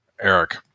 Eric